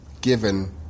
given